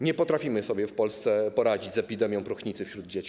Nie potrafimy sobie w Polsce poradzić z epidemią próchnicy wśród dzieci.